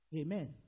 Amen